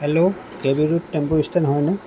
hello K B road tempo stand হয়নে